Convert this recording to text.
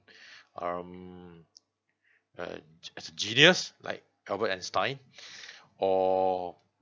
um uh as genius like albert einstein or